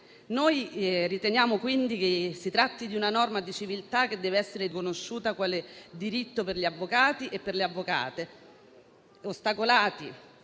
Noi riteniamo quindi che si tratti di una norma di civiltà che deve essere riconosciuta quale diritto per gli avvocati e le avvocate,